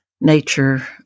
nature